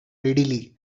readily